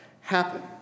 happen